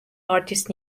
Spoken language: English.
artist